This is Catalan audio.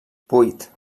vuit